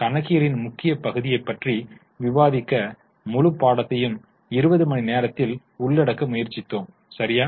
கணக்கியலின் முக்கிய பகுதியைப் பற்றி விவாதிக்க முழு பாடத்தையும் 20 மணி நேரத்தில் உள்ளடக்க முயற்சித்தோம் சரியா